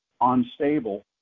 unstable